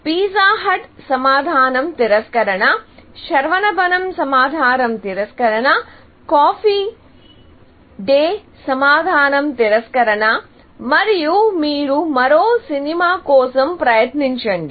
pizza Hut సమాధానం తిరస్కరణ శరవణ భవన్ సమాధానం తిరస్కరణ కేఫ్ కాఫీ డే సమాధానం తిరస్కరణ మరియు మీరు మరో సినిమా కోసం ప్రయత్నించండి